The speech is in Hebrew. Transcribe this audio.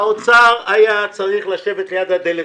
הרווחה והשירותים החברתיים חיים כץ: האוצר היה צריך לשבת ליד הדלת